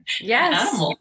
Yes